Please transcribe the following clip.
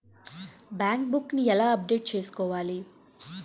Bank book నీ ఎలా update చేసుకోవాలి?